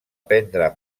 prendre